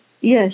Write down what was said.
yes